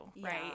Right